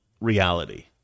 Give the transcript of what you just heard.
reality